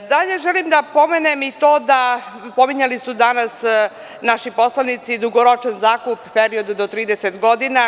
Dalje, želim da pomenem i to, pominjali su danas naši poslanici, dugoročan zakup u periodu do 30 godina.